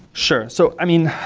sure. so i mean,